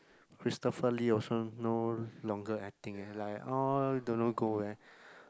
Christopher-Lee also no longer acting already like all don't know go where